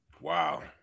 Wow